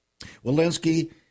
Walensky